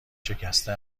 شکسته